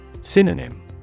Synonym